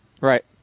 Right